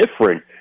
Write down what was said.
different